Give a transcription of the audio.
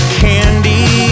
candy